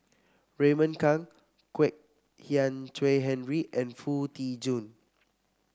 Raymond Kang Kwek Hian Chuan Henry and Foo Tee Jun